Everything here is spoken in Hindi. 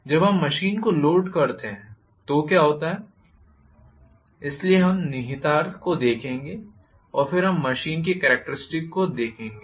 जब हम मशीन को लोड करते हैं तो क्या होता है इसलिए हम निहितार्थ को देखेंगे और फिर हम मशीन की कॅरेक्टरिस्टिक्स को देखेंगे